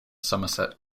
somerset